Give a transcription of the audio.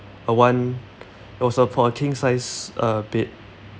a one it was uh for a king-sized uh bed